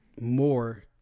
more